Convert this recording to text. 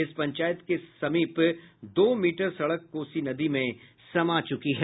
इस पंचायत के पास दो मीटर सड़क नदी नहीं में समा चुकी है